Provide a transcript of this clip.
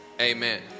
amen